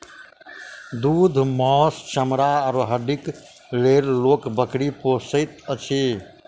दूध, मौस, चमड़ा आ हड्डीक लेल लोक बकरी पोसैत अछि